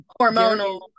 Hormonal